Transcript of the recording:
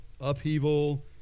upheaval